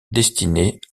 destinée